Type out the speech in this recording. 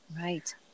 right